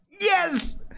Yes